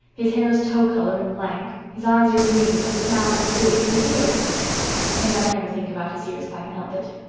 his hair is tow-color and lank, his eyes are green, and his mouth is big, and his ears but i never think about his ears if i can help it.